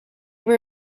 were